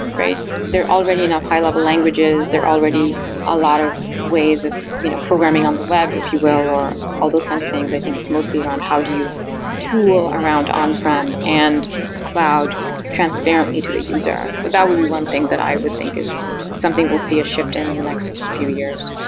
there are already enough high-level languages. there are already a lot of ways of you know programming on the web, if you will, or all those kinds of things. i think it's mostly around how do you tool around on-prem and cloud transparently to the user. that would be one thing that i would think is something we'll see a shift in in the next few years.